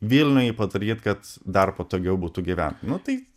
vilniuj padaryt kad dar patogiau būtų gyvent nu tai